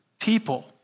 People